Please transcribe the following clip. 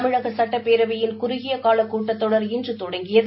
தமிழக சட்டப்பேரவையின் குறுகியகால கூட்டத்தொடர் இன்று தொடங்கியது